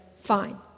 fine